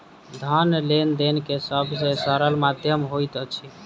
धन लेन देन के सब से सरल माध्यम होइत अछि